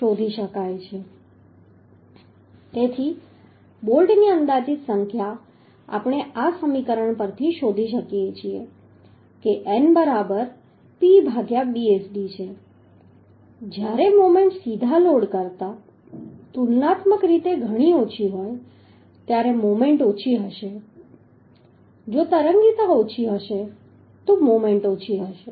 તેથી બોલ્ટની અંદાજિત સંખ્યા આપણે આ સમીકરણ પરથી શોધી શકીએ છીએ કે n બરાબર P ભાગ્યા Bsd છે જ્યારે મોમેન્ટ સીધા લોડ કરતા તુલનાત્મક રીતે ઘણી ઓછી હોય ત્યારે મોમેન્ટ ઓછી હશે જો તરંગીતા ઓછી હશે તો મોમેન્ટ ઓછી હશે